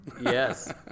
Yes